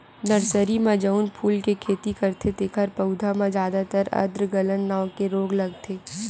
nursery म जउन फूल के खेती करथे तेखर पउधा म जादातर आद्र गलन नांव के रोग लगथे